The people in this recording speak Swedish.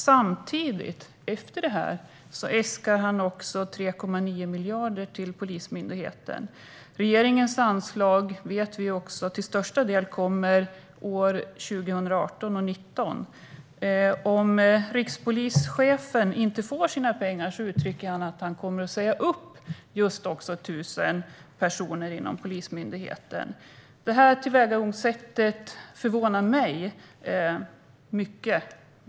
Samtidigt äskar han också 3,9 miljarder till Polismyndigheten. Regeringens anslag vet vi kommer till största delen åren 2018 och 2019. Om rikspolischefen inte får sina pengar uttrycker han att han kommer att säga upp just tusen personer inom Polismyndigheten. Det tillvägagångssättet förvånar mig mycket.